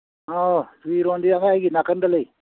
ꯑꯧ ꯐꯤꯔꯣꯟꯗꯤ ꯑꯩꯒꯤ ꯅꯥꯀꯟꯗ ꯑꯃ ꯂꯩ